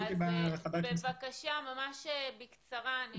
בבקשה, ממש בקצרה.